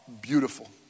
beautiful